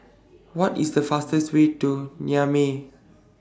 What IS The fastest Way to Niamey